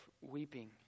weeping